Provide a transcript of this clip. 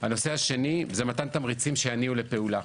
הנושא השני זה מתן תמריצים שיניעו לפעולה.